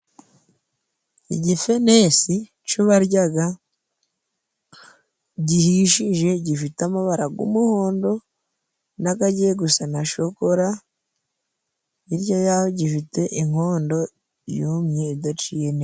Igifenesi co baryaga gihishije gifite amabara g'umuhondo nagagiye gusa na shokora, hirya yaho gifite inkondo yumye idaciye.